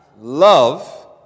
Love